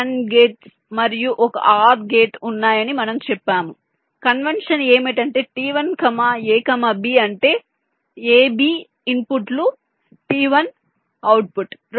3 AND గేట్లు మరియు ఒక OR గేటు ఉన్నాయని మనము చెప్పాము కన్వెన్షన్ ఏమిటంటే t1 a b అంటే a b ఇన్పుట్లు t1 అవుట్పుట్